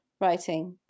writing